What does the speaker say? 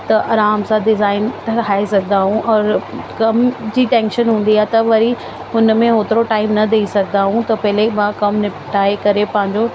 त अराम सां डिज़ाईन ठाहे सघंदा आहियूं और कम जी टैंशन हूंदी आहे त वरी हुन में होतिरो टाईम न ॾेई सघंदा आहियूं पहिले ई मां कमु निपटाए करे पंहिंजो